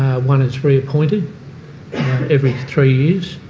one is reappointed every three years,